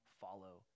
follow